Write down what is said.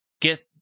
Get